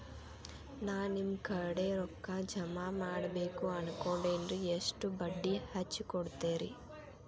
ನಾ ನಿಮ್ಮ ಕಡೆ ರೊಕ್ಕ ಜಮಾ ಮಾಡಬೇಕು ಅನ್ಕೊಂಡೆನ್ರಿ, ಎಷ್ಟು ಬಡ್ಡಿ ಹಚ್ಚಿಕೊಡುತ್ತೇರಿ?